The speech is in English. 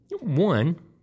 one